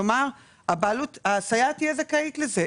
כלומר הסייעת תהיה זכאית לזה,